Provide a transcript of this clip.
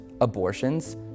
abortions